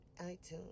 iTunes